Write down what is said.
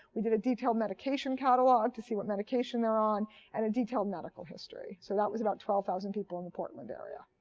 we did a detailed medication catalog to see what medication they're on and a detailed medical history. so that was about twelve thousand people in the portland area.